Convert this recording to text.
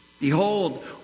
behold